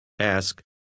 Ask